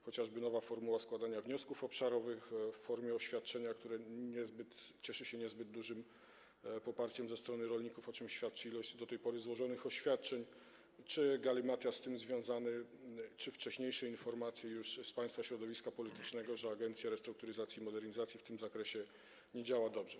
Chociażby nowa formuła składania wniosków obszarowych w formie oświadczenia cieszy się niezbyt dużym poparciem ze strony rolników, o czym świadczy ilość do tej pory złożonych oświadczeń czy galimatias z tym związany, czy wcześniejsze informacje, już z państwa środowiska politycznego, o tym, że agencja restrukturyzacji i modernizacji w tym zakresie nie działa dobrze.